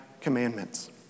commandments